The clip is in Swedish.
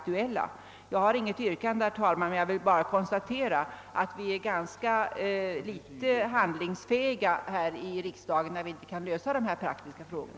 Jag har inget yrkande, herr talman, men jag vill konstatera att vi är ganska litet handlingsfähiga här i riksdagen när vi inte kan lösa dessa praktiska frågor.